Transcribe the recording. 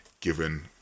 given